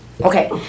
Okay